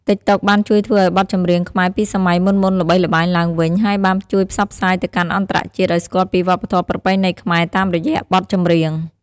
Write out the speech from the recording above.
តិកតុក បានជួយធ្វើឲ្យបទចម្រៀងខ្មែរពីសម័យមុនៗល្បីល្បាញឡើងវិញ ហើយបានជួយផ្សព្វផ្សាយទៅកាន់អន្តរជាតិឲ្យស្គាល់ពីវប្បធម៌ប្រពៃណីខ្មែរតាមរយៈបទចម្រៀង។